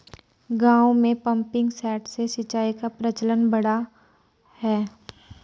गाँवों में pumping set से सिंचाई का प्रचलन बढ़ा है